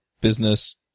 business